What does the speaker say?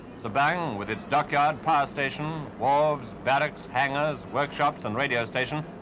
sabang with its dockyard power station, wharves, barracks, hangers, workshops, and radio station,